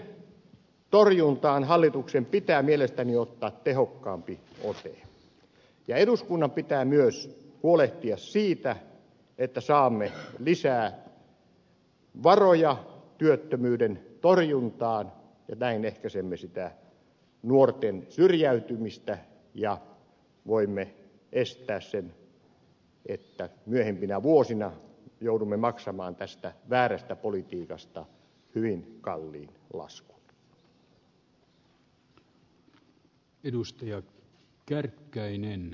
työttömyyden torjuntaan hallituksen pitää mielestäni ottaa tehokkaampi ote ja eduskunnan pitää myös huolehtia siitä että saamme lisää varoja työttömyyden torjuntaan ja näin ehkäisemme sitä nuorten syrjäytymistä ja voimme estää sen että myöhempinä vuosina joudumme maksamaan tästä väärästä politiikasta hyvin kalliin laskun